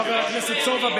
חבר הכנסת סובה,